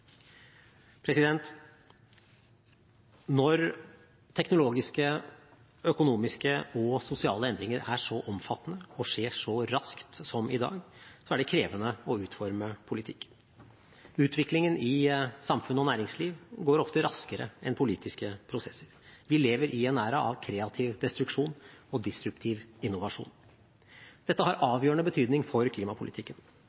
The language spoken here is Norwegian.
Når teknologiske, økonomiske og sosiale endringer er så omfattende og skjer så raskt som i dag, er det krevende å utforme politikk. Utviklingen i samfunn og næringsliv går ofte raskere enn politiske prosesser. Vi lever i en æra av kreativ destruksjon og disruptiv innovasjon. Dette har